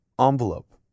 envelope